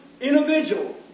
individual